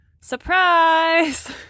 surprise